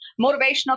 motivational